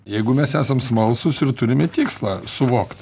jeigu mes esam smalsūs ir turime tikslą suvokt